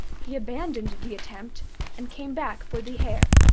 he abandoned the attempt and came back for the hare.